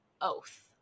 oath